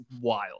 wild